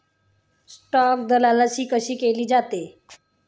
Stock दलाली कशी केली जाते?